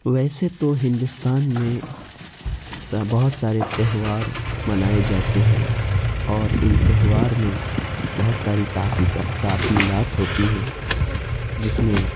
ویسے تو ہندوستان میں بہت سارے تہوار منائے جاتے ہیں اور ان تہوار میں بہت ساری تعطیلات ہوتی ہیں جس میں